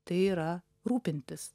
tai yra rūpintis